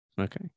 Okay